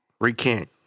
Recant